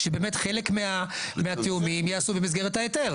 שבאמת חלק מהתיאומים ייעשו במסגרת ההיתר.